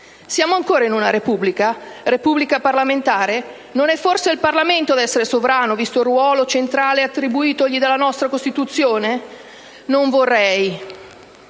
Siamo ancora in una Repubblica? In una Repubblica parlamentare? Non è forse il Parlamento ad essere sovrano, visto il ruolo centrale attribuitogli dalla nostra Costituzione? Non vorrei,